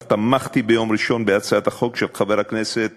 תמכתי ביום ראשון בהצעת החוק של חבר הכנסת